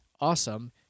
awesome